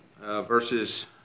verses